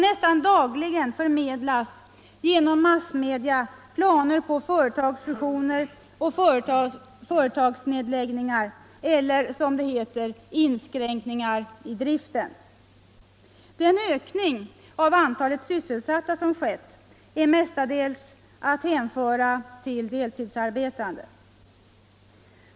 Nästan dagligen förmedlas genom massmedia planer på företagsfusioner och företagsnedläggningar eller, som det heter, inskränk ningar i driften. Den ökning av antalet sysselsatta som skett är mestadels att hänföra till deltidsarbetande.